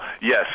yes